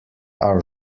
our